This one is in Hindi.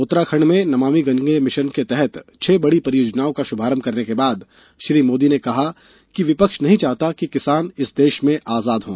उत्तराखंड में नमामि गंगे मिशन के तहत छह बड़ी परियोजनाओं का शुभारभ करने के बाद श्री मोदी ने कहा कि विपक्ष नहीं चाहता कि किसान इस देश में आजाद हों